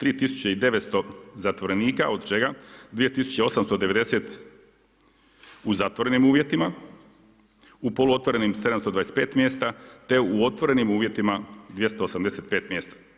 3900 zatvorenika od čega 2890 u zatvorenim uvjetima, u poluotvorenim 725 mjesta, te u otvorenim uvjetima 285 mjesta.